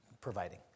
providing